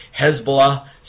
Hezbollah